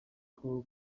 kubaho